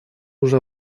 уже